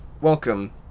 welcome